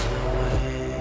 away